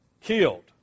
Killed